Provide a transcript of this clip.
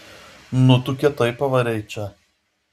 nu tu kietai pavarei čia